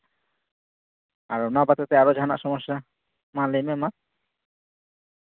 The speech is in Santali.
ᱟᱫᱚ ᱚᱱᱟ ᱵᱟᱫᱽ ᱠᱟᱛᱮ ᱟᱨᱚ ᱡᱟᱦᱟᱱᱟᱜ ᱥᱚᱢᱚᱥᱥᱟ ᱢᱟ ᱞᱟᱹᱭ ᱢᱮ ᱢᱟ